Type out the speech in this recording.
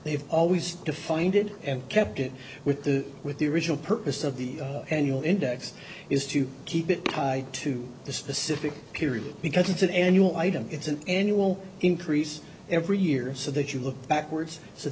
they've always defined it and kept it with the with the original purpose of the annual index is to keep it tied to the specific period because it's an annual item it's an annual increase every year so that you look backwards so